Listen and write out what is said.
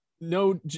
No